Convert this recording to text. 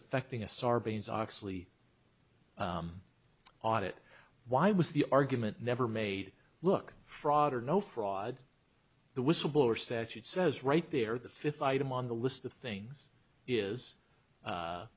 affecting a sarbanes oxley audit why was the argument never made look fraud or no fraud the whistleblower statute says right there the fifth item on the list of things is